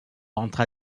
entre